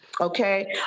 Okay